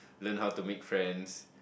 learn how to meet friends